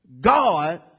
God